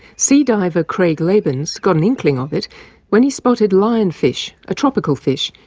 sea diver craig lebens got an inkling of it when he spotted lionfish, a tropical fish,